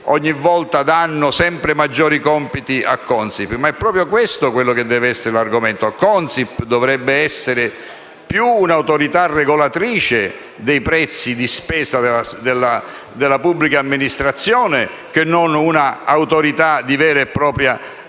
ogni volta sempre maggiori compiti a Consip. Proprio questo è l'argomento che dovrebbe essere in discussione. Consip dovrebbe essere più un'autorità regolatrice dei prezzi di spesa della pubblica amministrazione, che non un'autorità di vera e propria attribuzione